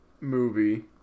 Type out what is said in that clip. Movie